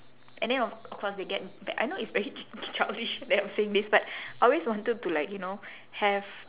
and then of of course they get b~ I know it's very ch~ childish that I'm saying this but I always wanted to like you know have